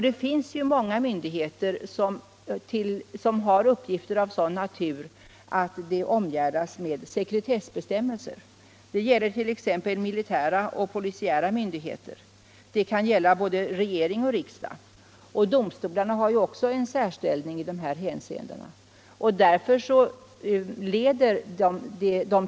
Det finns ju många myndigheter som har uppgifter av sådan natur att de omgärdas med sekretessbestämmelser. Det gäller t.ex. militära och polisiära myndigheter, och det kan gälla både regering och riksdag. Domstolarna har ju också en särställning i dessa hänseenden.